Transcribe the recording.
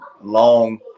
long